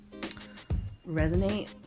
resonate